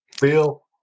Bill